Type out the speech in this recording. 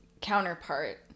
counterpart